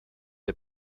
der